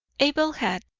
abel had,